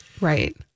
Right